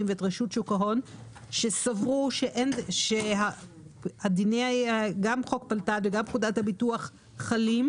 ואת רשות שוק ההון שסברו שגם חוק פלת"ד וגם פקודת הביטוח חלים.